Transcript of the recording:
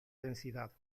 densidad